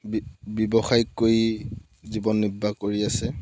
ব্যৱসায় কৰি জীৱন নিৰ্বাহ কৰি আছে